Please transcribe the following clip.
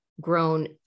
grown